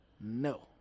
No